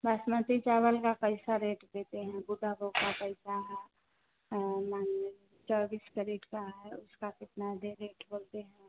बासमती चावल का कैसा रेट देते हैं बुद्धा भोग का पैसा माने चौबीस कैरेट का है उसका कितना दे रेट बोलते हैं आप